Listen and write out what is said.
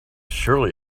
surely